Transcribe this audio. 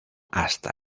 hasta